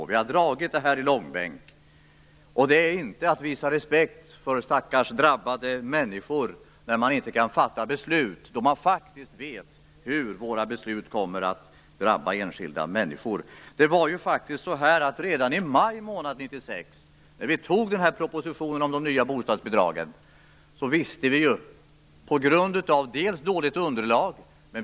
Vi har dragit detta i långbänk. Det är inte att visa respekt för stackars drabbade människor när man inte kan fatta beslut, trots att man faktiskt vet hur våra beslut har drabbat enskilda människor. Redan i maj 1996, när vi antog propositionen om de nya bostadsbidragen, visste vi att detta inte skulle se bra ut.